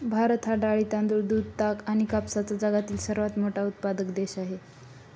भारत हा डाळी, तांदूळ, दूध, ताग आणि कापसाचा जगातील सर्वात मोठा उत्पादक देश आहे